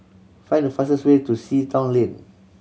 find the fastest way to Sea Town Lane